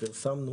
פרסמנו